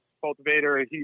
cultivator